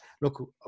look